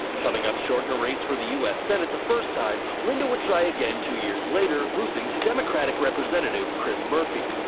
coming up short in a race for the u s senate the first time, linda would try again two years later, losing to demographic representative chris murphy.